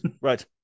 Right